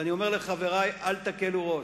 ואני אומר לחברי: אל תקלו ראש.